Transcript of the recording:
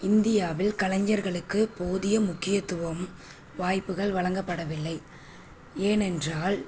இந்தியாவில் கலைஞர்களுக்கு போதிய முக்கியத்துவம் வாய்ப்புகள் வழங்கப்படவில்லை ஏனென்றால்